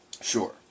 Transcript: Sure